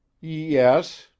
Yes